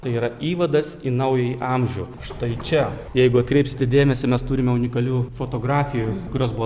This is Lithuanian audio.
tai yra įvadas į naująjį amžių štai čia jeigu atkreipsite dėmesį mes turime unikalių fotografijų kurios buvo